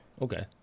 Okay